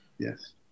Yes